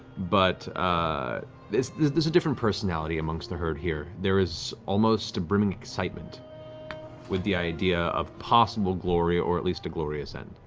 but this is a different personality amongst the herd here. there is almost a brimming excitement with the idea of possible glory or at least a glorious end.